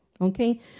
Okay